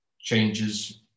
changes